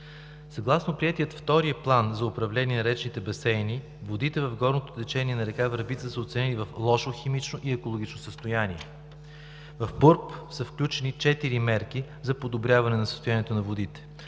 Съгласно приетия Втори план за управление на речните басейни (ПУРБ), водите в горното течение на река Върбица са оценени в лошо химично и екологично състояние. В ПУРБ са включени четири мерки за подобряване на състоянието на водите.